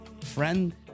Friend